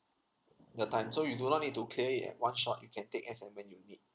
the time so you do not need to clear it at one shot you can take as and when you need